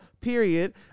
period